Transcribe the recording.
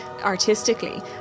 artistically